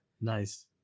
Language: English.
Nice